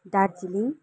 Darjeeling